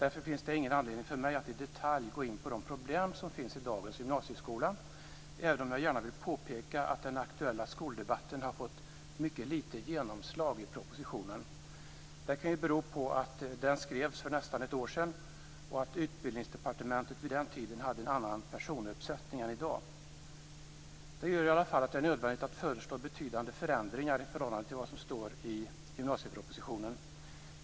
Därför finns det ingen anledning för mig att i detalj gå in på de problem som finns i dagens gymnasieskola, även om jag gärna vill påpeka att den aktuella skoldebatten har fått ett litet genomslag i propositionen. Det kan bero på att den skrevs för nästan ett år sedan och att Utbildningsdepartementet vid den tiden hade en annan personuppsättning än i dag. Detta gör att det i alla fall är nödvändigt att föreslå betydande förändringar i förhållande till vad som står i gymnasiepropositionen.